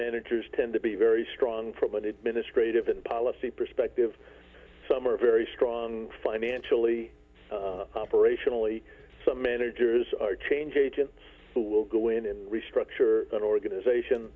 managers tend to be very strong from an administrative and policy perspective some are very strong financially operationally some managers are change agents who will go in and restructure an organization